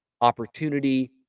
opportunity